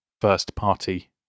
first-party